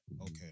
Okay